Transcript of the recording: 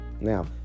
Now